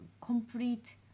complete